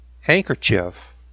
handkerchief